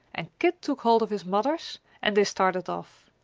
and kit took hold of his mother's, and they started off.